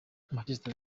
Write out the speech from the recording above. manchester